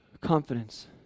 confidence